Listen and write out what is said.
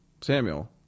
Samuel